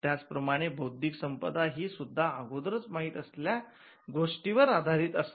याच प्रमाणे बौद्धिक संपदा ही सुद्धा अगोदरच माहीत असलेल्या गोष्टींवर आधारित असते